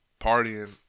partying